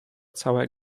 całe